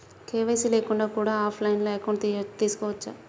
KYC లేకుండా కూడా offline account తీసుకోవచ్చా?